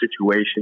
situation